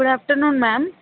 good afternoon ma'am